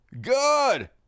good